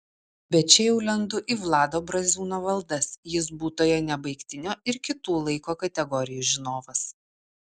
bet čia jau lendu į vlado braziūno valdas jis būtojo nebaigtinio ir kitų laiko kategorijų žinovas